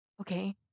Okay